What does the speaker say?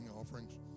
offerings